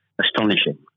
astonishing